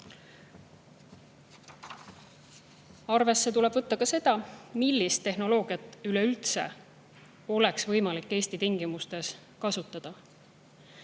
Arvesse tuleb võtta ka seda, millist tehnoloogiat üleüldse oleks võimalik Eesti tingimustes kasutada.